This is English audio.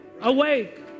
Awake